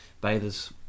bathers